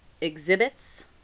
exhibits